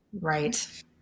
Right